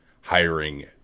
hiring